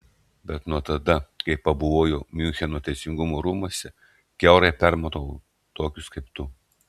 bet nuo tada kai pabuvojau miuncheno teisingumo rūmuose kiaurai permatau tokius kaip tu